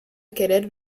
querer